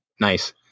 Nice